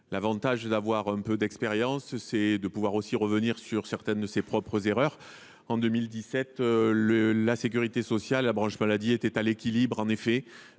L’avantage d’avoir un peu d’expérience, c’est de pouvoir revenir sur certaines de ses propres erreurs. En 2017, la sécurité sociale et la branche maladie étaient à l’équilibre, en effet,